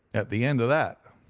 at the end of that,